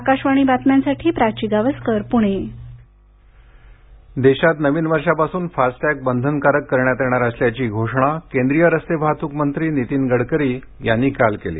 आकाशवाणी बातम्यांसाठी प्राची गावस्कर पुणे फारस्टॅग देशात नवीन वर्षापासून फास्टॅग बंधनकारक करण्यात येणार असल्याची घोषणा केंद्रीय रस्ते वाहतूक मंत्री नितीन गडकरी यांनी काल केली